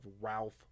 Ralph